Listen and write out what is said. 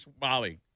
Molly